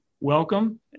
welcome